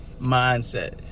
mindset